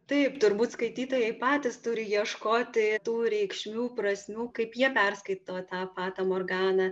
taip turbūt skaitytojai patys turi ieškoti tų reikšmių prasmių kaip jie perskaito tą fata morgana